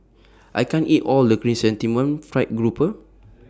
I can't eat All of The Chrysanthemum Fried Grouper